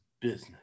business